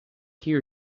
hear